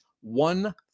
one